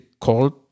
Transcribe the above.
called